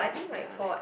ya like